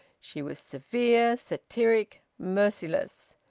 she was severe, satiric, merciless.